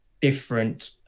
different